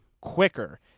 quicker